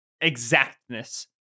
exactness